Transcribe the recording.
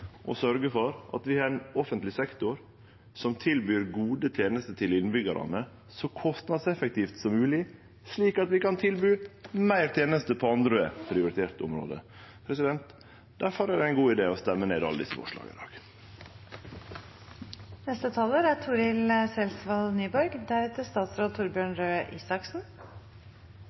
for at vi har ein offentleg sektor som tilbyr gode tenester til innbyggjarane så kostnadseffektivt som mogeleg, slik at vi kan tilby meir tenester på andre prioriterte område. Difor er det ein god idé å stemme ned alle desse forslaga i